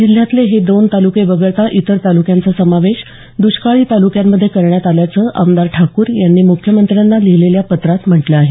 जिल्ह्यातले हे दोन तालुके वगळता इतर तालुक्यांचा समावेश द्रष्काळी तालुक्यांमध्ये करण्यात आल्याचं आमदार ठाकूर यांनी मुख्यमंत्र्यांना लिहीलेल्या पत्रात म्हटलं आहे